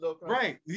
Right